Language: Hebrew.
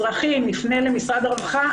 הצעתי שנפנה למשרד הרווחה.